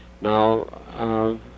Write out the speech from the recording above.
Now